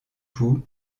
pouls